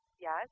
Yes